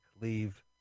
leave